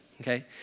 okay